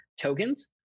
tokens